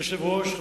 אדוני היושב-ראש,